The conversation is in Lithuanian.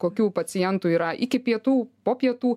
kokių pacientų yra iki pietų po pietų